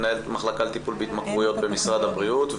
מנהלת המחלקה לטיפול בהתמכרויות במשרד הבריאות.